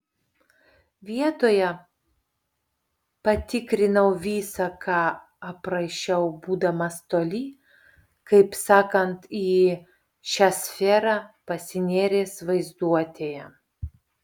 vietoje patikrinau visa ką aprašiau būdamas toli taip sakant į šią sferą pasinėręs vaizduotėje